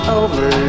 over